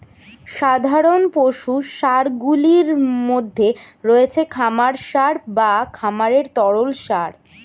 সাধারণ পশু সারগুলির মধ্যে রয়েছে খামার সার বা খামারের তরল সার